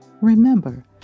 Remember